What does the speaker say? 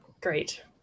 Great